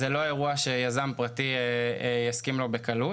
זה לא אירוע שיזם פרטי יסכים לו בקלות.